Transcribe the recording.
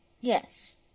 yes